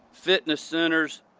fitness centers,